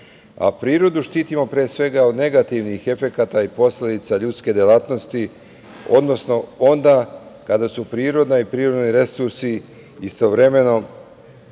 A prirodu štitimo pre svega od negativnih efekata i posledica ljudske delatnosti, odnosno onda kada su priroda i prirodni resursi istovremeno